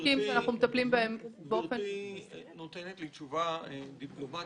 מטפלים בהם -- גברתי נותנת לי תשובה דיפלומטית.